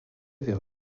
vers